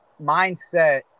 mindset